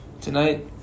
Tonight